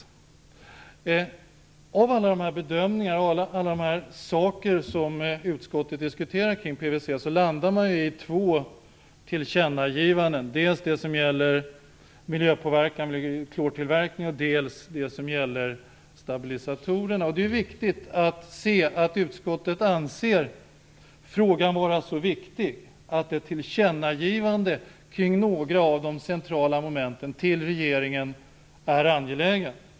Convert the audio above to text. I fråga om alla dessa bedömningar av de saker som utskottet diskuterar kring PVC, landar man i två tillkännagivanden, dels det som gäller miljöpåverkan vid klortillverkning, dels det som gäller stabilisatorerna. Det är viktigt att se att utskottet anser frågan vara så viktig att ett tillkännagivande till regeringen kring några av de centrala momenten är angeläget.